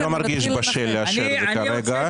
אני לא מרגיש בשל לאשר את זה כרגע.